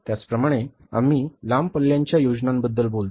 त्याचप्रमाणे आम्ही लांब पल्ल्याच्या योजनेबद्दल बोलतो